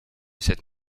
cette